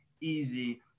easy